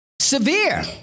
Severe